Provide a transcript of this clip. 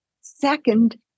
second